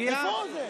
הגיעה?